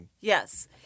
Yes